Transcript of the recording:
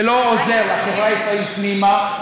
זה לא עוזר לחברה הישראלית פנימה,